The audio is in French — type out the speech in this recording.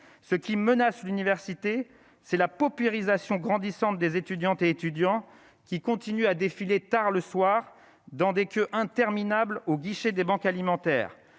ce qui menace l'université c'est la paupérisation grandissante des étudiantes et étudiants qui continuent à défiler, tard le soir dans des queues interminables aux guichets des banques alimentaires,